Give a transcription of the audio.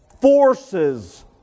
forces